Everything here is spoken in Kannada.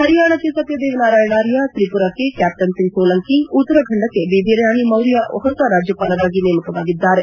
ಹರಿಯಾಣಕ್ಕೆ ಸತ್ತದೇವ್ ನಾರಾಯಣ್ ಆರ್ಯ ತ್ರಿಪುರಕ್ಕೆ ಕಾಪ್ಷನ್ ಸಿಂಗ್ ಸೋಲಂಕಿ ಉತ್ತರಾಖಂಡಕ್ಕೆ ಬೇಬಿ ರಾಣಿ ಮೌರ್ಯ ಹೊಸ ರಾಜ್ಯಪಾಲರಾಗಿ ನೇಮಕವಾಗಿದ್ದಾರೆ